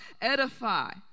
edify